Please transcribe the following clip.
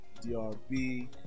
DRB